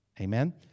Amen